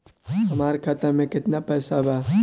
हमार खाता में केतना पैसा बा?